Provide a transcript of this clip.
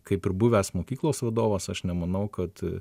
kaip ir buvęs mokyklos vadovas aš nemanau kad